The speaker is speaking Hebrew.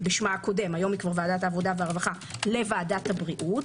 בשמה הקודם היום היא ועדת העבודה והרווחה לוועדת הבריאות.